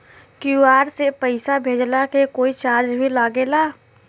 QR से पैसा भेजला के कोई चार्ज भी लागेला?